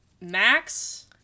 Max